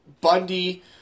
Bundy